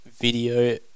video